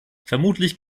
vermutlich